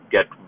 Get